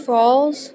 Falls